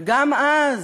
וגם אז,